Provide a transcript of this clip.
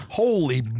Holy